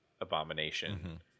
abomination